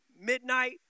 midnight